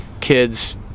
kids